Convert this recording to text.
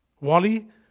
Wally